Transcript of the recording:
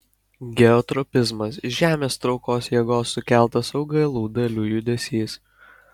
geotropizmas žemės traukos jėgos sukeltas augalų dalių judesys